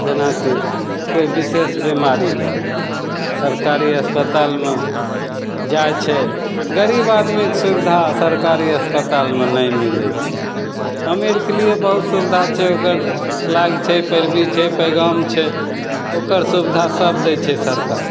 जेनाकि कोइ विशेष बिमारी भेल सरकारी अस्पतालमे जाइ छै गरीब आदमीके सुविधा सरकारी अस्पतालमे नहि मिलै छै अमीरके लिए बहुत सुविधा छै ओकर लागि छै पैरवी छै पैगाम छै ओकर सुविधा सब दै छै सरकार